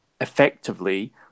effectively